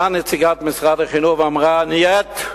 באה נציגת משרד החינוך ואמרה: נייט.